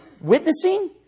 Witnessing